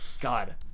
God